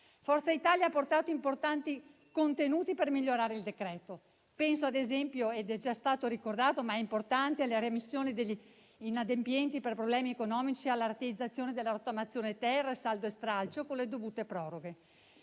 Forza Italia ha portato importanti contenuti per migliorare il decreto-legge. Penso ad esempio - è già stato ricordato, ma è importante - alle remissioni degli inadempienti per problemi economici e alla rateizzazione della rottamazione-*ter*, a saldo e stralcio, con le dovute proroghe.